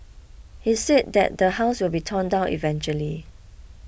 he said that the house will be torn down eventually